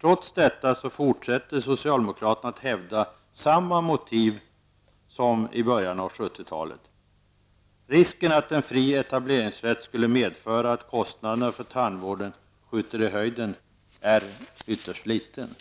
Trots detta fortsätter socialdemokraterna att hävda samma motiv som i början av 70-talet. Risken att en fri etableringsrätt skulle medföra att kostnaderna för tandvården skjuter i höjden är ytterst liten.